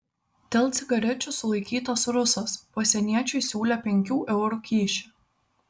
dėl cigarečių sulaikytas rusas pasieniečiui siūlė penkių eurų kyšį